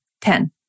Ten